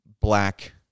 black